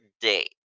date